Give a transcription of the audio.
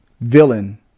villain